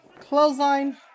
Clothesline